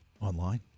online